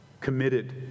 committed